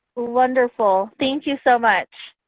wonderful. thank you so much.